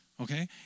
Okay